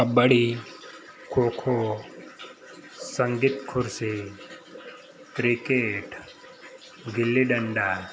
કબડ્ડી ખોખો સંગીત ખુરશી ક્રિકેટ ગીલ્લી ડંડા